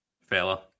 fella